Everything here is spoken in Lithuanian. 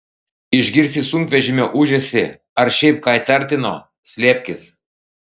išgirsi sunkvežimio ūžesį ar šiaip ką įtartino slėpkis